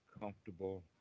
comfortable